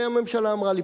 והממשלה אמרה לי,